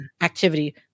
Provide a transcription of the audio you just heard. activity